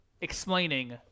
explaining